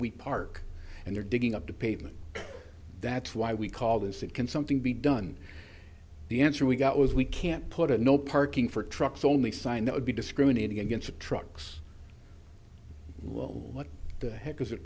we park and they're digging up the pavement that's why we call this it can something be done the answer we got was we can't put a no parking for trucks only sign that would be discriminating against the trucks well what the heck is a